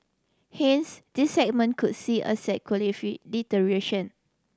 hence this segment could see asset